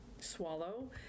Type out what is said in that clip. swallow